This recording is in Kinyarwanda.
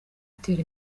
utera